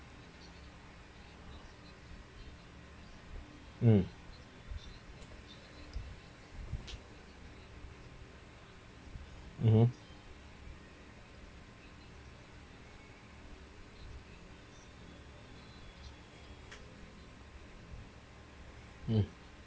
um mmhmm um